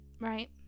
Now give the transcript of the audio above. right